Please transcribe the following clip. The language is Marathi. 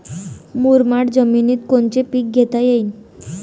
मुरमाड जमिनीत कोनचे पीकं घेता येईन?